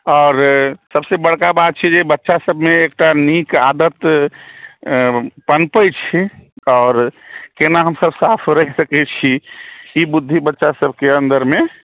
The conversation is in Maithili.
आओर सबसँ बड़का बात छै जे बच्चा सबमे एकटा नीक आदत पनपै छै आओर कोना हमसब साफ रहि सकै छी ई बुद्धि बच्चा सबके अन्दरमे